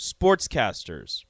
Sportscasters